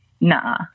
nah